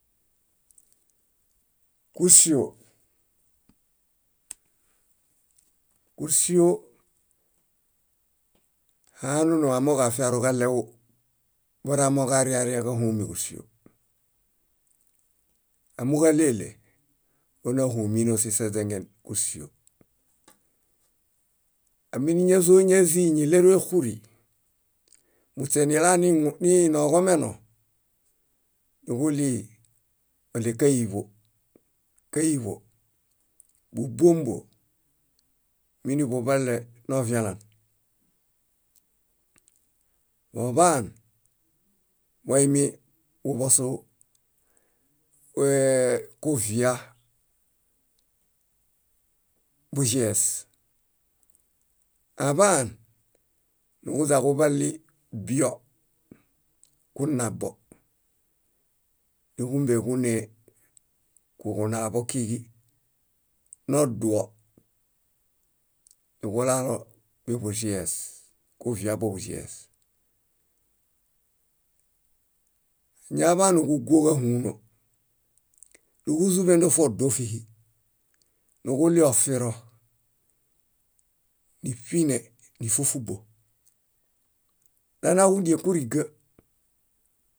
. Kúsio, kúsio haanunu amooġo afiaruġaɭew boramooġo ariãriã káhumiġusio. Amooġo áɭeɭe, ónahuno seseźengen kúsio. Ániñazoñaziiñiɭerexuri, muśe nilaninoġomeno, niġuɭii oɭe káiḃo. Káiḃo, búombo, miniḃuḃale novialan. Boḃaan, boimikuḃosu eee- kuvia buĵies. Aḃaan, niġudianiġuḃali bio, kunaḃo. Níġumbeġune kuġunaḃo kíġi noduo, niġulalo biḃuĵies, kuvia buḃuĵies. Kuñaḃanuġuguo káhuuno núġuzuḃendo fodu fíhi, nuġuliofiro, níṗine, nífufubo. Nana kudiĩ kúriga